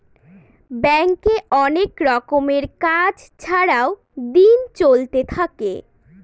ব্যাঙ্কে অনেক রকমের কাজ ছাড়াও দিন চলতে থাকে